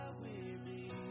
weary